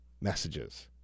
messages